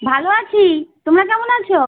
ভালো আছি তোমরা কেমন আছো